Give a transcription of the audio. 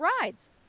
rides